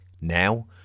Now